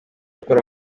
ukora